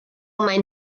mein